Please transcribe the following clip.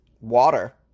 water